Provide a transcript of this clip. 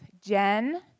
Jen